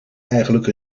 eigenlijk